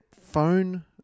phone